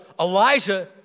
Elijah